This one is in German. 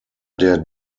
der